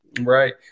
Right